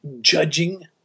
judging